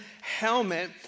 helmet